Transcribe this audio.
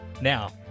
Now